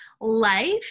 life